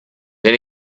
then